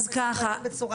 בהחלט.